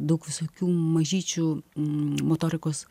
daug visokių mažyčių motorikos